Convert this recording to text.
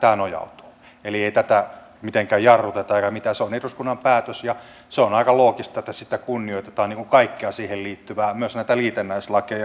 ei tätä mitenkään jarruteta eikä mitään se on eduskunnan päätös ja se on aika loogista että sitä kunnioitetaan niin kuin kaikkea siihen liittyvää myös näitä liitännäislakeja